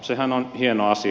sehän on hieno asia